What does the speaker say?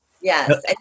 Yes